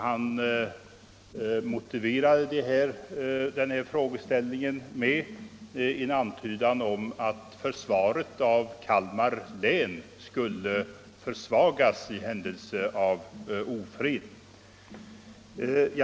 Han motiverade frågan med en antydan om att försvaret av Kalmar län skulle försvagas i händelse av ofred.